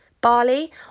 Barley